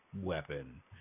weapon